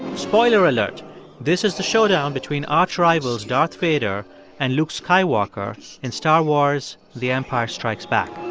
spoiler alert this is the showdown between arch rivals darth vader and luke skywalker in star wars the empire strikes back.